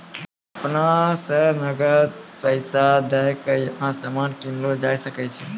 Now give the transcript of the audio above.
अपना स नकद पैसा दै क यहां सामान कीनलो जा सकय छै